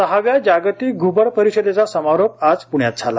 सहाव्या जागतिक घ्बड परिषदेचा समारोप आज प्ण्यात झाला